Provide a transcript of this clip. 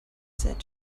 said